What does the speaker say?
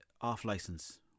off-license